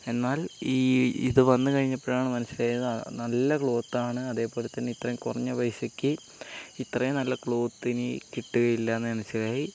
എന്നാൽ ഈ ഇത് വന്ന് കഴിഞ്ഞപ്പോഴാണ് മനസ്സിലായത് നല്ല ക്ലോത്താണ് അതേപോലെത്തന്നെ ഇത്രയും കുറഞ്ഞ പൈസക്ക് ഇത്രയും നല്ല ക്ലോത്തിനി കിട്ടുകയില്ല എന്ന് മനസ്സിലായി